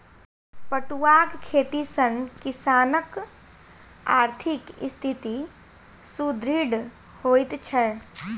पटुआक खेती सॅ किसानकआर्थिक स्थिति सुदृढ़ होइत छै